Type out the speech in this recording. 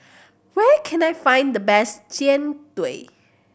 where can I find the best Jian Dui